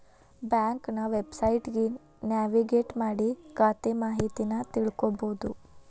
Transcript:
ಬ್ಯಾಂಕ್ನ ವೆಬ್ಸೈಟ್ಗಿ ನ್ಯಾವಿಗೇಟ್ ಮಾಡಿ ಖಾತೆ ಮಾಹಿತಿನಾ ತಿಳ್ಕೋಬೋದು